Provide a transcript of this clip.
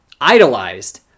idolized